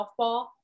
softball